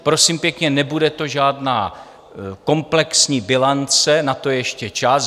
Prosím pěkně, nebude to žádná komplexní bilance, na to je ještě čas.